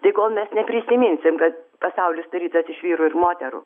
tai kol mes neprisiminsim kad pasaulis sudarytas iš vyrų ir moterų